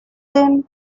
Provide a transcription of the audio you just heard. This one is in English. him